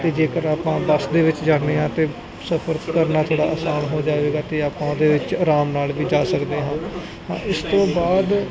ਤੇ ਜੇਕਰ ਆਪਾਂ ਬੱਸ ਦੇ ਵਿੱਚ ਜਾਦੇ ਆ ਤੇ ਸਫਰ ਕਰਨਾ ਥੋੜਾ ਆਸਾਨ ਹੋ ਜਾਵੇਗਾ ਤੇ ਆਪਾਂ ਉਹਦੇ ਵਿੱਚ ਆਰਾਮ ਨਾਲ ਵੀ ਜਾ ਸਕਦੇ ਹਾਂ ਇਸ ਤੋਂ ਬਾਅਦ